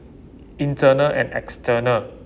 internal and external